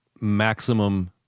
maximum